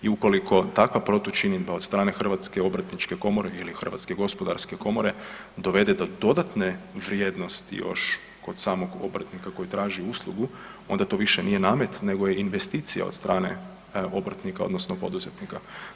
I ukoliko takva protučinidba od strane Hrvatske obrtničke komore ili Hrvatske gospodarske komore dovede do dodatne vrijednosti još kod samog obrtnika koji traži uslugu onda to više nije namet nego je investicija od strane obrtnika odnosno poduzetnika.